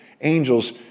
angels